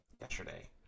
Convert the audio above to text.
yesterday